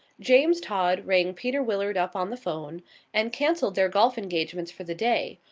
james todd rang peter willard up on the phone and cancelled their golf engagements for the day,